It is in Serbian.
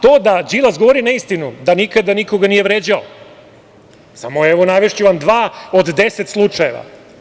To da Đilas govori neistinu, da nikada nikoga nije vređao, navešću vam dva od 10 slučajeva.